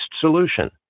solution